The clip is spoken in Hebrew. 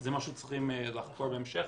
זה משהו שצריכים לחקור בהמשך,